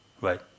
right